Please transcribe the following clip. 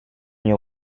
mio